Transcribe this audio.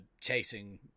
chasing